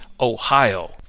Ohio